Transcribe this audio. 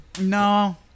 No